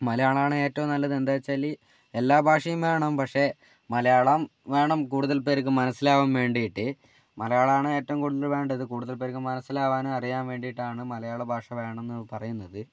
മലയാളമാണ് ഏറ്റവും നല്ലത് എന്താണെന്ന് വച്ചാൽ എല്ലാ ഭാഷയും വേണം പക്ഷെ മലയാളം വേണം കൂടുതൽ പേർക്കും മനസ്സിലാവാൻ വേണ്ടിയിട്ട് മലയാളമാണ് ഏറ്റവും കൂടുതൽ വേണ്ടത് കൂടുതൽ പേർക്ക് മനസ്സിലാവാനും അറിയാൻ വേണ്ടിയിട്ടാണ് മലയാള ഭാഷ വേണം എന്ന് പറയുന്നത്